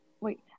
wait